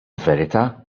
verità